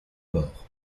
bord